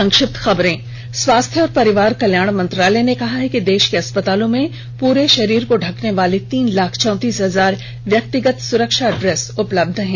संक्षिप्त खबरें स्वास्थ्य और परिवार कल्याण मंत्रालय ने कहा है कि देश के अस्पतालों में पूरे शरीर को ढंकने वाले तीन लाख चौंतीस हजार व्यक्तिगत सुरक्षा ड्रेस उपलब्य हैं